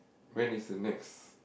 when is the next